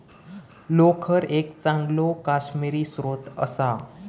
लोकर एक चांगलो काश्मिरी स्त्रोत असा